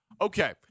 Okay